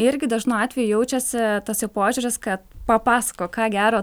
irgi dažnu atveju jaučiasi tas jo požiūris kad papasakok ką gero